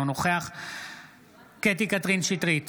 אינו נוכח קטי קטרין שטרית,